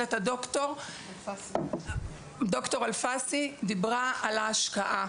ד״ר אלפסי דיברה על ההשקעה.